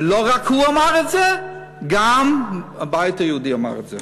ולא רק הוא אמר את זה, גם הבית היהודי אמר את זה.